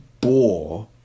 bore